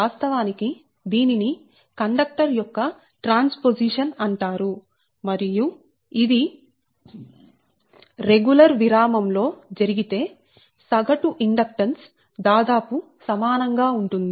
వాస్తవానికి దీనిని కండక్టర్ యొక్క ట్రాన్స్పోసిషన్ అంటారు మరియు ఇది రెగ్యులర్ విరామం లో జరిగితే సగటు ఇండక్టెన్స్ దాదాపు సమానం గా ఉంటుంది